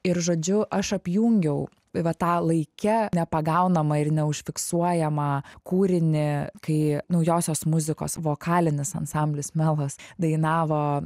ir žodžiu aš apjungiau va tą laike nepagaunamą ir neužfiksuojamą kūrinį kai naujosios muzikos vokalinis ansamblis melas dainavo